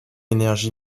énergie